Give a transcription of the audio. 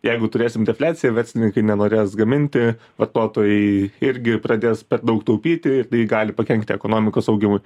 jeigu turėsim defliaciją verslininkai nenorės gaminti vartotojai irgi pradės per daug taupyti ir tai gali pakenkti ekonomikos augimui